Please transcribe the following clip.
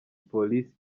police